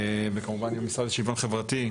וכמובן גם עם המשרד לשוויון חברתי,